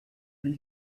when